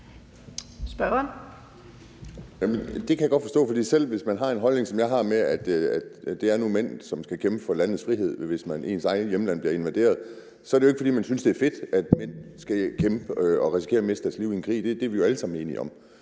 (DD): Det kan jeg godt forstå, for selv hvis man har den holdning, som jeg har, at det er mænd, som skal kæmpe for landets frihed, hvis ens eget hjemland bliver invaderet, er det jo ikke, fordi man synes, det er fedt, at mænd skal kæmpe og risikere at miste deres liv i en krig; det er vi jo alle sammen enige om.